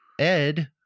Ed